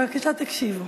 בבקשה, תקשיבו.